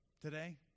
today